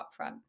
upfront